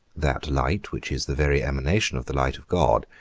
that light, which is the very emanation of the light of god,